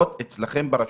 זה בעצם באזור